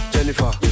Jennifer